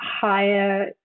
higher